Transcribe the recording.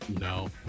no